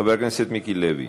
חבר הכנסת מיקי לוי,